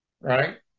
right